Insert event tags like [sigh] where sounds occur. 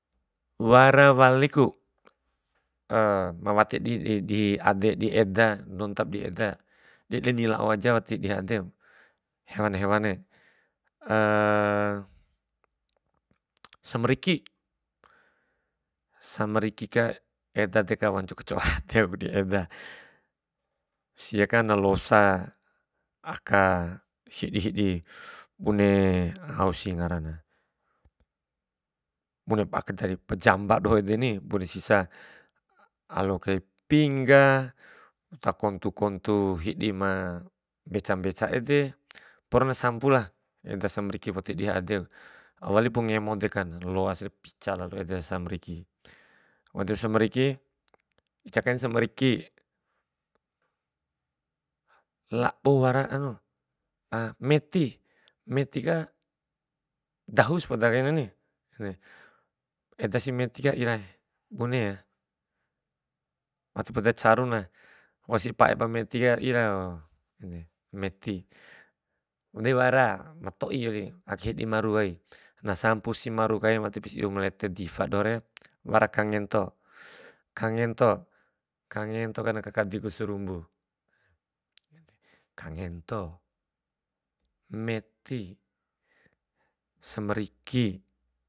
Wara waliku [hesitation] ma wati di dihi ade di eda nontap di eda, di deni lao aja wati dihi adem, hewan hewan re. [hesitation] samariki, samrikika eda deka wantuku kaco'o [laughs] adeku di eda, siaka na losa aka hidi hidi bune ausi ngaran, bune mpa'a kai dar, pajamba ede doho reni, bune sisa alo kai pingga, ta kontu kontu hidi ma benca benca ede, porona sampu lah, eda samriki wati dihi adeku, au walipu ngemo dekan loasi pica lalo ede samariki. Wau ede samariki, ica kain samariki, labo wara anu meti, metika dahu spoda kainani edasi metika erai buneya, wati poda caruna wausi pae ma medika irao [hesitation] meti. De wara matoi wali, ake hidi maru kaim, na sampusi di maru kaim, watisi iomu lete difa dohore, wara kangeto kangento ka na kakadi ku sarumbu. Kangento, meti, samariki.